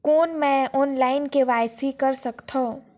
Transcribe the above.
कौन मैं online KYC कर सकथव?